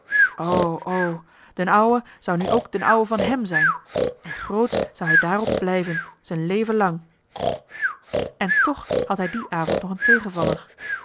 de ruijter nu ook d'n ouwe van hèm zijn en grootsch zou hij daarop blijven z'n leven lang en toch had hij dien avond nog een tegenvaller